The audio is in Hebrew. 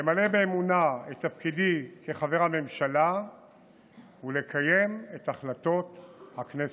למלא באמונה את תפקידי כחבר הממשלה ולקיים את החלטות הכנסת.